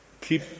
keep